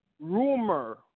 rumor